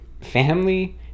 family